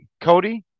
Cody